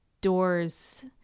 doors